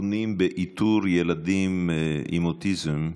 נתונים על איתור ילדים עם אוטיזם,